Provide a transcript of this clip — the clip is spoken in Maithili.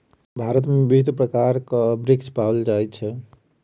भारत में विभिन्न प्रकारक वृक्ष पाओल जाय छै